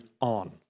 on